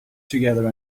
together